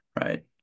Right